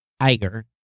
Iger